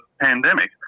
pandemic